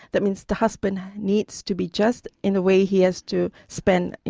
that means the husband needs to be just in the way he has to spend,